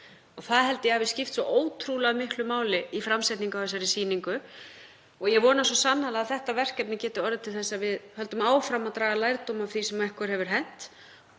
Það held ég að hafi skipt svo ótrúlega miklu máli í framsetningu á þessari sýningu. Ég vona svo sannarlega að þetta verkefni geti orðið til þess að við höldum áfram að draga lærdóm af því sem okkur hefur hent